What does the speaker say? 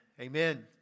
amen